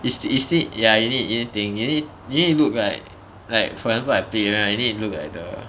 you you still need ya you need think you need you need look like like for example I play right I need to look at the